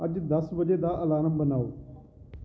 ਅੱਜ ਦਸ ਵਜੇ ਦਾ ਅਲਾਰਮ ਬਣਾਓ